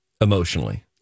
emotionally